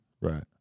Right